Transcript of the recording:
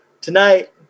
tonight